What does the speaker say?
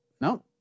No